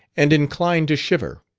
and inclined to shiver.